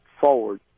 forward